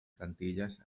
plantilles